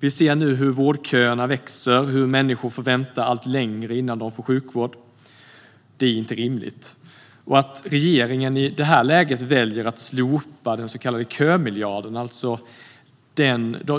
Vi ser nu hur vårdköerna växer, hur människor får vänta allt längre innan de får sjukvård. Det är inte rimligt. Att regeringen i det läget väljer att slopa den så kallade kömiljarden -